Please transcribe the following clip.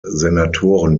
senatoren